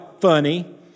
funny